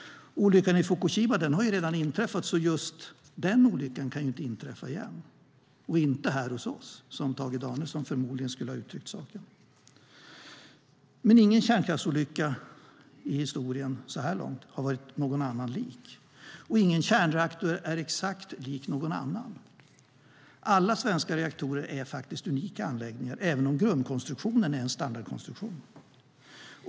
Olyckan i Fukushima har redan inträffat, och just den olyckan kan inte inträffa igen - och inte här hos oss, som Tage Danielsson förmodligen skulle ha uttryckt saken. Ingen kärnkraftsolycka i historien så här långt har varit någon annan lik. Ingen kärnreaktor är exakt lik någon annan. Alla svenska reaktorer är faktiskt unika anläggningar, även om grundkonstruktionen är en standardkonstruktion.